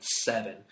seven